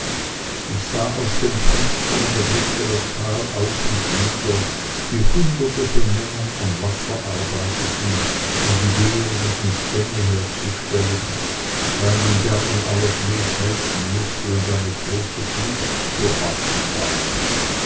ich sah aus dem fenster und erblickte das tal auf und nieder wie hunderte von männern am wasser arbeiteten um die wehren und dämme herzustellen da in den bergen aller schnee schmelzen mußte und eine große flut zu erwarten war